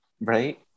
right